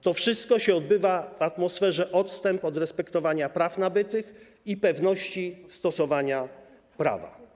To wszystko odbywa się w atmosferze odstępstw od respektowania praw nabytych i pewności stosowania prawa.